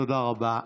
תודה רבה.